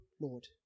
Lord